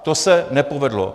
To se nepovedlo.